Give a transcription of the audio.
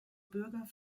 bürger